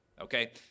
Okay